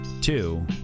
two